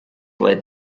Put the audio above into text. led